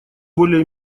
более